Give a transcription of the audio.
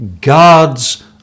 God's